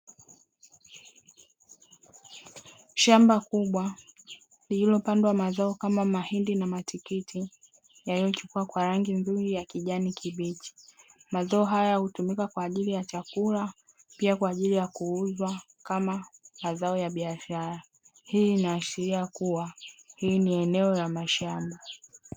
Shamba kubwa lililopandwa mazao kama mahindi na matikiti yaliyochukua kwa rangi nzuri ya kijani kibichi, mazao haya hutumika kwa ajili ya chakula pia kwa ajili ya kuuzwa kama mazao ya biashara, hii inaashiria kuwa hii ni eneo la mashamba.